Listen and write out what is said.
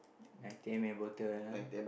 I take my bottle ah